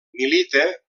milita